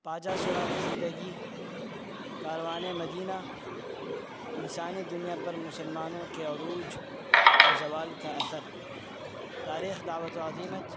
پاجا سراغ زندگی کاروان مدینہ انسانی دنیا پر مسلمانوں کے عروج اور زوال کا اثر تاریخ دعوت و عزیمت